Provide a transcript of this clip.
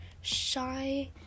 shy